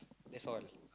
that's all